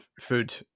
food